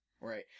Right